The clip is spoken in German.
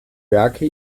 werke